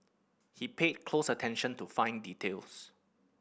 he paid close attention to fine details